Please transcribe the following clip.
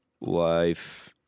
life